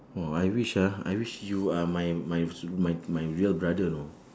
!wah! I wish ah I wish you are my my my my real brother you know